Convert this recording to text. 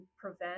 prevent